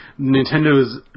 Nintendo's